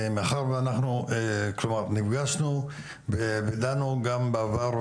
מאחר ואנחנו נפגשנו ודנו גם בעבר,